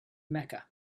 mecca